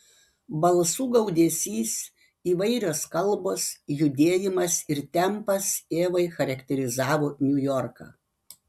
balsų gaudesys įvairios kalbos judėjimas ir tempas evai charakterizavo niujorką